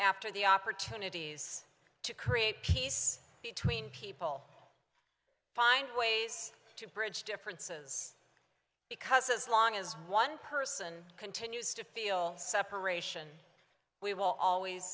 after the opportunities to create peace between people find ways to bridge differences because as long as one person continues to feel separation we will always